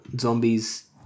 Zombies